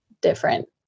different